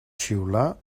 xiular